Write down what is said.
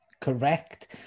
Correct